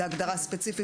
פרסום"